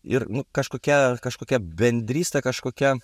ir nu kažkokia kažkokia bendrystė kažkokia